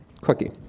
cookie